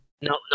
no